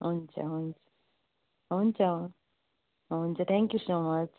हुन्छ हुन् हुन्छ हुन्छ थ्याङ्क यु सो मच